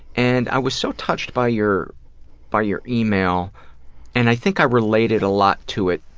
and i was so touched by your by your email and i think i related a lot to it,